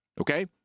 okay